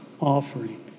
offering